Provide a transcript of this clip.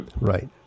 Right